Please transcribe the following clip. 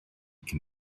cyn